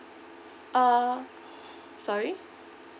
uh sorry